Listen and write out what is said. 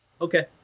okay